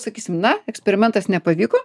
sakysim na eksperimentas nepavyko